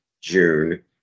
June